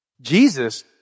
Jesus